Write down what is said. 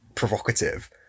provocative